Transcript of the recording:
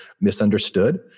misunderstood